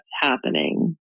happening